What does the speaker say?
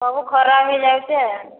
ସବୁ ଖରାପ ହୋଇ ଯାଇଛି ଆଉ